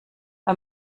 bei